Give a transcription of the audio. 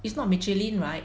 its not Michelin right